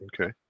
Okay